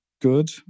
good